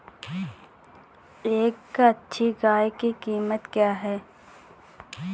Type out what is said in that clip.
एक अच्छी गाय की कीमत क्या है?